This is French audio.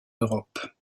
europe